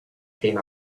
came